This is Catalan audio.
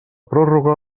pròrroga